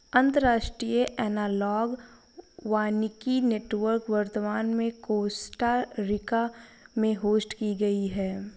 अंतर्राष्ट्रीय एनालॉग वानिकी नेटवर्क वर्तमान में कोस्टा रिका में होस्ट की गयी है